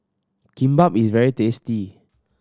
kimbap is very tasty